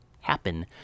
happen